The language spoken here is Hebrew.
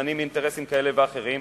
שמוזנים מאינטרסים כאלה ואחרים,